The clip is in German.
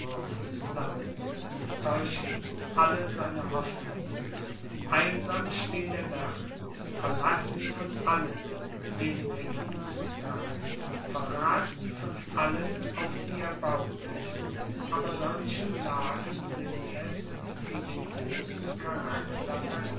zusammen täuschen ihn alle seine hoffnungen einsam steht er da verlassen von allen denen er gutes that verrathen von allen auf die er baute aber solche lagen sind es die den großen charakter